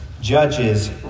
judges